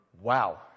Wow